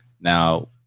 Now